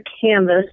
canvas